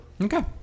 Okay